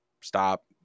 stop